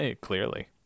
Clearly